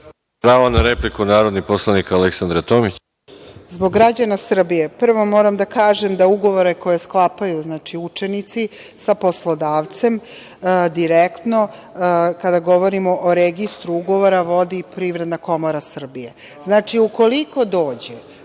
na repliku, narodni poslanik Aleksandra Tomić.